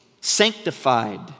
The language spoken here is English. sanctified